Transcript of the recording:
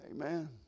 Amen